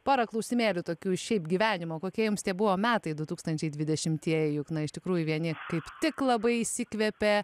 pora klausimėlių tokių iš šiaip gyvenimo kokie jums tie buvo metai du tūkstančiai dvidešimtieji juk iš tikrųjų vieni kaip tik labai išsikvepė